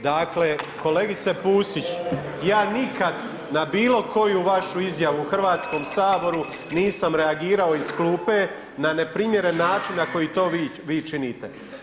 Dakle, kolegice Pusić, ja nikad na bilo koju vašu izjavu u HS-u nisam reagirao iz klupe na neprimjeren način na koji to vi činite.